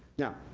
now,